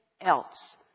else